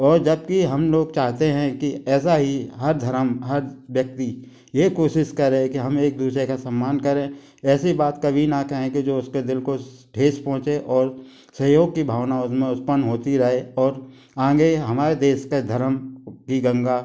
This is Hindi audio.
और जबकि हम लोग चाहते हैं कि ऐसा ही हर धरम हर व्यक्ति ये कोशिश करें कि हम एक दूसरे का सम्मान करें ऐसी बात कभी ना कहें कि जो उसके दिल को ठेस पहुंचे और सहयोग की भावना उसमें उत्पन्न होती रहे और आगे हमारे देश के धरम भी गंगा